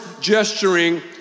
gesturing